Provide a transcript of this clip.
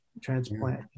transplant